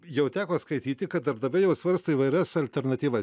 jau teko skaityti kad darbdaviai jau svarsto įvairias alternatyvas